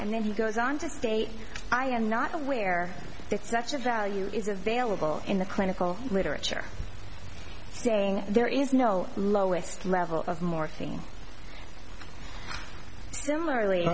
and then he goes on to state i am not aware that such a value is available in the clinical literature staying there is no lowest level of morphine